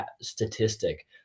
statistic